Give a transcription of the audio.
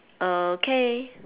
okay